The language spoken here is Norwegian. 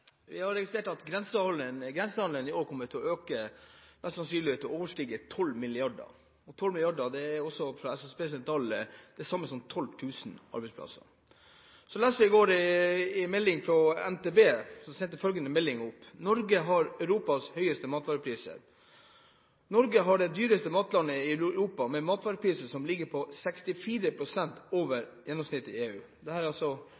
Vi har registrert at grensehandelen i år kommer til å øke og mest sannsynlig overstige 12 mrd. kr. 12 mrd. kr er – også basert på SSBs tall – det samme som 12 000 arbeidsplasser. I går sendte NTB ut følgende melding: «Norge har Europas høyeste matvarepriser.» Norge er det dyreste matlandet i Europa, med matvarepriser som ligger 64 pst. over gjennomsnittet i EU. Det er